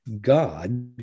God